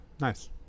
Nice